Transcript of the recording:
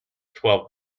twelve